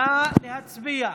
נא להצביע.